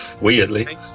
weirdly